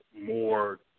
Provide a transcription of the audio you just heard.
more